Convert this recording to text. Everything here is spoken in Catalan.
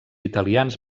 italians